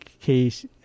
case